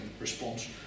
response